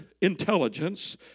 intelligence